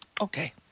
Okay